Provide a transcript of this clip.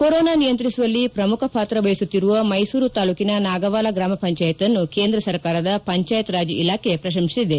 corona ನಿಯಂತ್ರಿಸುವಲ್ಲಿ ಪ್ರಮುಖ ಪಾತ್ರ ವಹಿಸುತ್ತಿರುವ ಮೈಸೂರು ತಾಲೂಕಿನ ನಾಗವಾಲ ಗ್ರಮ ಪಂಚಾಯತ್ನ್ನು ಕೇಂದ್ರ ಸರ್ಕಾರದ ಪಂಚಾಯತ್ ರಾಜ್ ಇಲಾಖೆ ಪ್ರಶಂತಿಸಿದೆ